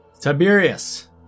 Tiberius